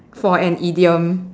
for an idiom